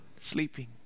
sleeping